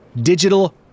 Digital